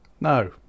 No